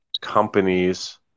companies